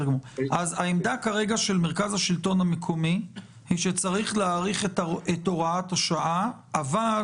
העמדה של מרכז השלטון המקומי היא שצריך להאריך את הוראת השעה אבל